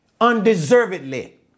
undeservedly